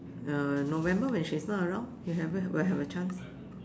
uh November when she is not around we have a we have a chance